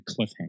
cliffhanger